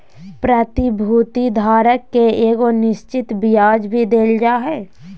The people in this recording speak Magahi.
प्रतिभूति धारक के एगो निश्चित ब्याज भी देल जा हइ